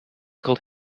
called